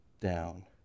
down